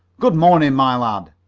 good-morning, my lad,